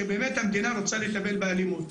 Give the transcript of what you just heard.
שבאמת המדינה רוצה לטפל באלימות,